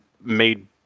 made